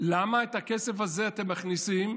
למה את הכסף הזה הם מכניסים,